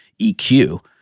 eq